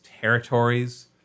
territories